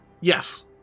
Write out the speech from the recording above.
yes